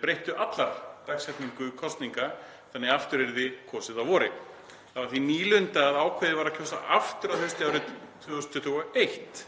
breyttu allar dagsetningu kosninga þannig að aftur yrði kosið að vori. Það var því nýlunda að ákveðið var að kjósa aftur að hausti árið 2021